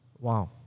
wow